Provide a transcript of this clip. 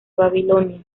babilonia